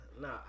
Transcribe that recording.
Nah